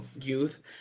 youth